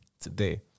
today